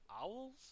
owls